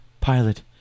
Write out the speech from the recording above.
pilot